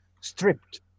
stripped